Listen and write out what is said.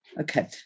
okay